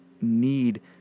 need